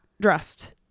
dressed